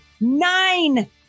Nine